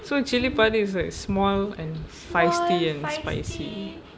so cili padi is like small and feisty and spicy